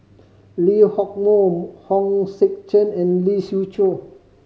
Lee Hock Moh Hong Sek Chern and Lee Siew Choh